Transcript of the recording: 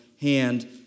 hand